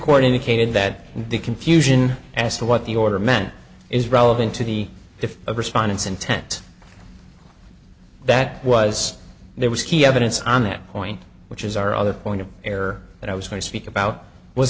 court indicated that the confusion as to what the order meant is relevant to the if of respondents intent that was there was key evidence on that point which is our other point of error that i was going to speak about was